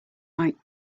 night